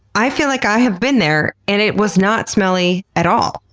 i feel like i have been there, and it was not smelly at all.